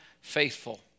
faithful